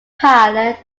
pilot